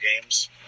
games